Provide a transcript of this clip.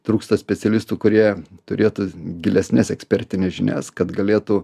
trūksta specialistų kurie turėtų gilesnes ekspertines žinias kad galėtų